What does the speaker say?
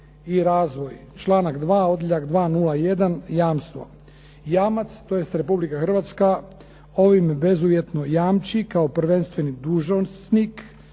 i razvoj. Članak 2., odjeljak 201 jamstvo. Jamac tj. Republika Hrvatska, ovim bezuvjetno jamči kao prvenstveni dužnik,